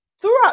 throughout